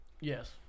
Yes